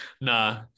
Nah